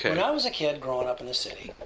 when i was a kid growing up in the city,